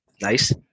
Nice